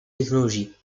technologies